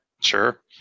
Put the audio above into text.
Sure